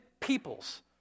peoples